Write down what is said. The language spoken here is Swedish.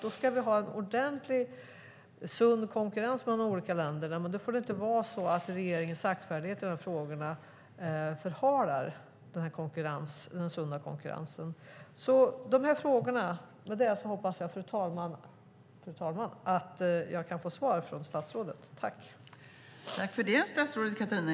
Då ska vi ha en ordentlig sund konkurrens mellan länderna, och då får inte regeringens saktfärdighet i frågorna förhala den sunda konkurrensen. Fru talman! Jag hoppas att jag kan få svar från statsrådet på frågorna.